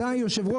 אתה היו"ר.